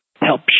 help